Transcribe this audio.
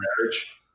marriage